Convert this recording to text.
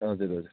हजुर हजुर